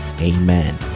Amen